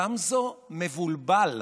גמזו מבולבל,